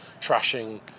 trashing